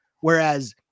Whereas